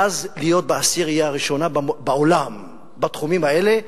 ואז להיות בעשירייה הראשונה בעולם בתחומים האלה,